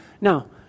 Now